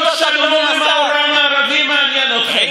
לא חיי אזרחי מדינת ישראל מעניינים אתכם.